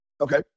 Okay